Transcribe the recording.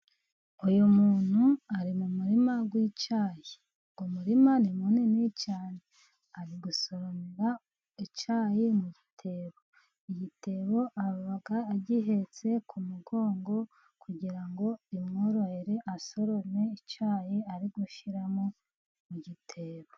Uyu muntu ari mu murima w'icyayi, uyu murima ni munini cyane ari gusoromera icyayi mu gitebo. Igitebo aba agihetse ku mugongo, kugira ngo bimworohere asorome icyayi ari gushyira mu gitebo.